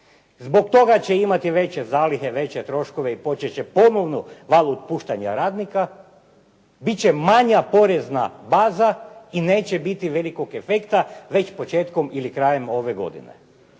zbog toga će imati veće zalihe, veće troškove i počet će ponovno val otpuštanja radnika, bit će manja porezna baza i neće biti velikog efekta već početkom ili krajem ove godine.